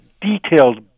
detailed